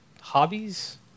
hobbies